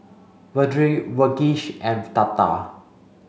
Vedre Verghese and Tata